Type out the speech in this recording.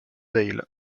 dale